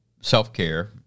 self-care